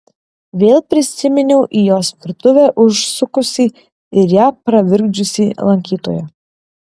vėl prisiminiau į jos virtuvę užsukusį ir ją pravirkdžiusį lankytoją